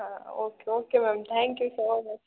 ಹಾಂ okay okay ma'am thank you so much